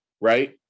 right